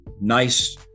nice